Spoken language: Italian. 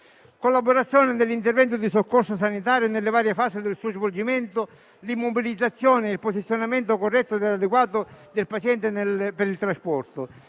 collaborazione nell'intervento di soccorso sanitario nelle varie fasi del suo svolgimento; immobilizzazione e posizionamento corretto e adeguato del paziente per il trasporto.